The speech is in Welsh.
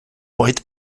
oed